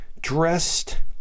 dressed